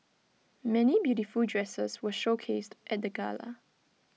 many beautiful dresses were showcased at the gala